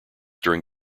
during